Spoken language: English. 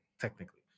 Technically